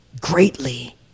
greatly